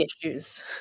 issues